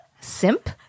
Simp